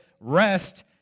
Rest